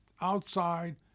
outside